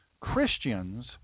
Christians